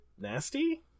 nasty